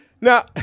Now